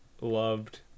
loved